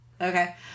Okay